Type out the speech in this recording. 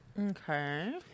Okay